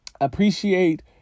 appreciate